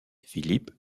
philippe